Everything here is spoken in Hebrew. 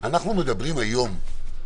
אנחנו מדברים היום,